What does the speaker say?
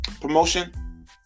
promotion